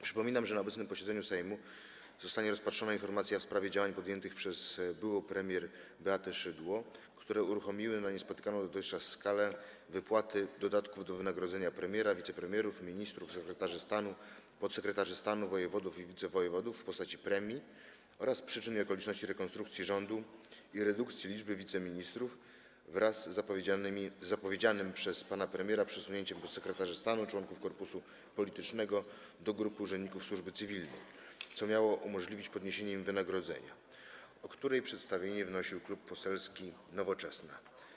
Przypominam, że na obecnym posiedzeniu Sejmu zostanie rozpatrzona informacja w sprawie działań podjętych przez byłą premier Beatę Szydło, które uruchomiły na niespotykaną dotychczas skalę wypłaty dodatków do wynagrodzenia premiera, wicepremierów, ministrów, sekretarzy stanu, podsekretarzy stanu, wojewodów i wicewojewodów w postaci premii, oraz przyczyn i okoliczności rekonstrukcji rządu i redukcji liczby wiceministrów wraz z zapowiedzianym przez pana premiera przesunięciem podsekretarzy stanu, członków korpusu politycznego, do grup urzędników służby cywilnej, co miało umożliwić podniesienie im wynagrodzenia, o której przedstawienie wnosił Klub Poselski Nowoczesna.